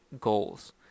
goals